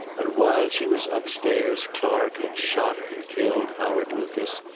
and while she was upstairs clark had shot and killed howard lucas,